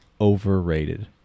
overrated